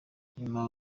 nyuma